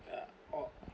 uh or